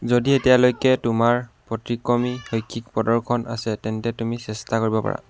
যদি এতিয়ালৈকে তোমাৰ ব্যতিক্ৰমী শৈক্ষিক প্ৰদৰ্শন আছে তেন্তে তুমি চেষ্টা কৰিব পাৰা